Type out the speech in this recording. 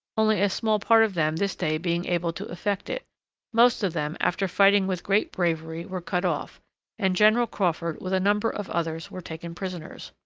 only a small part of them this day being able to effect it most of them, after fighting with great bravery, were cut off and general crawford, with a number of others, were taken prisoners.